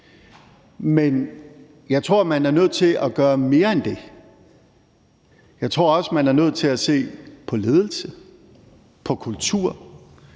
Men jeg tror, at man er nødt til at gøre mere end det. Jeg tror også, man er nødt til at se på ledelse, på kultur,